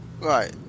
Right